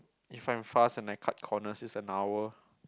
if I'm fast and I cut corners it's an hour